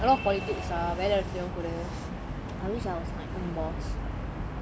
ya a lot politics ah வேல எடத்துலயும் கூட:vela edathulayum kooda